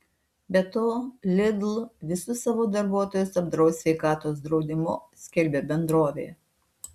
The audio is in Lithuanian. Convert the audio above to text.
be to lidl visus savo darbuotojus apdraus sveikatos draudimu skelbia bendrovė